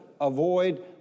Avoid